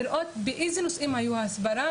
לראות באיזה נושאים היתה ההסברה,